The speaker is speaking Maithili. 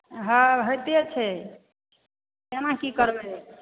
हँ होइते छै केना की करबै